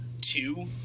two